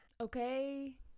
Okay